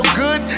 good